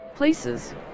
Places